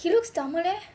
he looks tamil leh